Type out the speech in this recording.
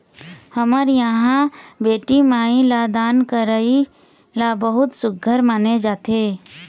हमर इहाँ बेटी माई ल दान करई ल बहुत सुग्घर माने जाथे